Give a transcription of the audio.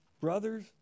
Brothers